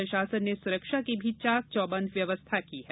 प्रशासन ने सुरक्षा की भी चाक चौबंद व्यवस्था की है